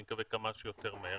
אני מקווה שכמה שיותר מהר.